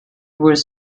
was